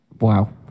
Wow